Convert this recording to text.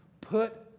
put